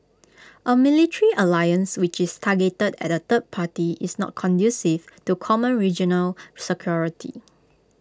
A military alliance which is targeted at A third party is not conducive to common regional security